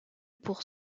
pour